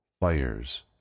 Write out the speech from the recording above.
fires